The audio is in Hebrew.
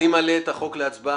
אני מעלה את החוק להצבעה.